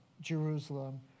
Jerusalem